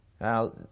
Now